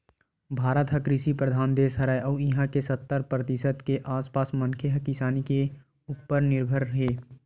भारत ह कृषि परधान देस हरय अउ इहां के सत्तर परतिसत के आसपास मनखे ह किसानी के उप्पर निरभर हे